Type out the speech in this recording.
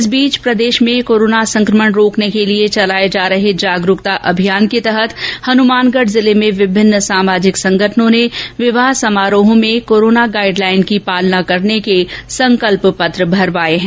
इस बीच प्रदेश में कोरोना संकमण रोकने के लिये चलाये जा रहे जागरूकता अभियान के तहत हनुमानगढ़ जिले में विभिन्न सामाजिक संगठनों ने विवाह समारोहों में कोरोना पर गाइडलाइन की पालना करने के संकल्प पत्र भरवाये हैं